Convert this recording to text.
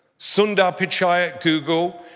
sundar pichai at google,